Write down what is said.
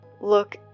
Look